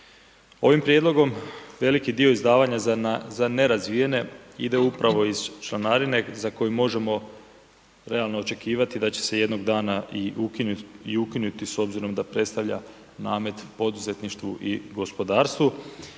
Ovim prijedlogom veliki izdavanja za nerazvijene ide upravo iz članarine za koju možemo realno očekivati da će se jednog dana i ukinuti s obzirom da predstavlja namet poduzetništvu i gospodarstvu